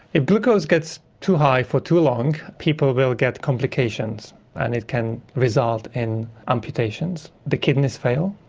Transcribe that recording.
if glucose gets too high for too long people will get complications and it can result in amputations, the kidneys fail,